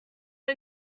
are